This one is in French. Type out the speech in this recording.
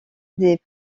des